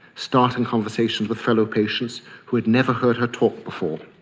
starting conversations with fellow-patients who had never heard her talk before,